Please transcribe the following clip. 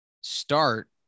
start